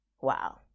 Wow